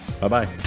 Bye-bye